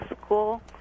school